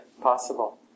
possible